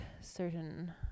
certain